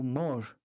more